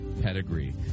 pedigree